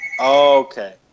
Okay